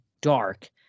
dark